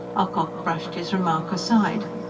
ocock brushed his remark aside.